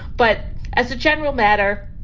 but as a general matter,